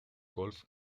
golf